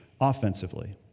offensively